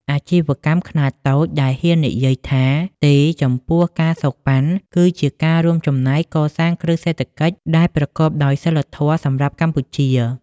អាជីវកម្មខ្នាតតូចដែលហ៊ាននិយាយថា "ទេ" ចំពោះ ការសូកប៉ាន់ គឺជាការរួមចំណែកកសាងគ្រឹះសេដ្ឋកិច្ចដែលប្រកបដោយសីលធម៌សម្រាប់កម្ពុជា។